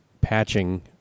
patching